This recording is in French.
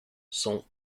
sont